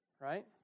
right